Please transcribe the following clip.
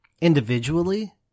individually